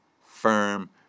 firm